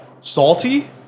Salty